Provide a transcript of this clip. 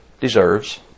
deserves